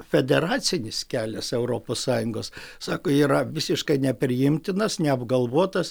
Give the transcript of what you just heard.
federacinis kelias europos sąjungos sako yra visiškai nepriimtinas neapgalvotas